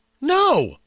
No